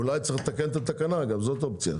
אולי צריך לתקן את התקנה, גם זאת אופציה.